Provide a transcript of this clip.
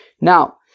Now